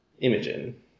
Imogen